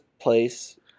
place